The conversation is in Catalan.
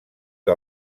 que